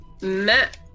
met